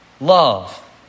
love